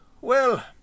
Well